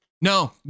No